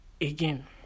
again